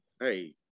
hey